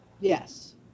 yes